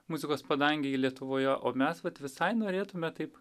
muzikos padangėj lietuvoje o mes vat visai norėtumėme taip